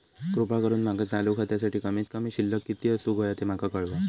कृपा करून माका चालू खात्यासाठी कमित कमी शिल्लक किती असूक होया ते माका कळवा